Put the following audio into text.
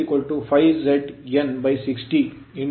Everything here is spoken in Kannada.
ನಮಗೆ Eb ∅ Z n 60 P A ತಿಳಿದಿದೆ